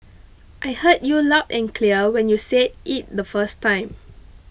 I heard you loud and clear when you said it the first time